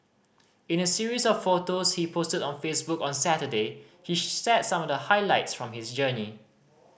in a series of photos he posted on Facebook on Saturday he shared some of the highlights from his journey